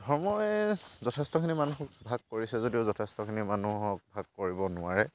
ধৰ্মই যথেষ্টখিনি মানুহক ভাগ কৰিছে যদিও যথেষ্টখিনি মানুহক ভাগ কৰিব নোৱাৰে